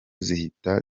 zihita